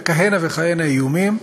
וכהנה וכהנה איומים,